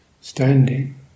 Standing